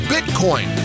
Bitcoin